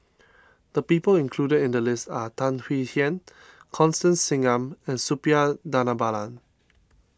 the people included in the list are Tan Swie Hian Constance Singam and Suppiah Dhanabalan